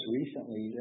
recently